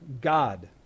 god